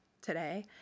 today